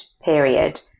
period